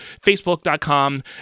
facebook.com